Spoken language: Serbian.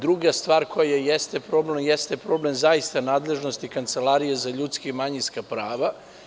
Druga stvar koja je problem je problem nadležnosti Kancelarije za ljudska i manjinska prava.